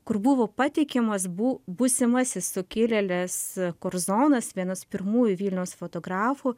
kur buvo pateikiamas bu būsimasis sukilėlis korzonas vienas pirmųjų vilniaus fotografų